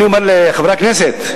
אני אומר לחברי הכנסת,